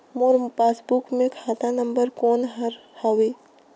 मोर passbook मे खाता number कोन हर हवे?